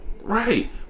Right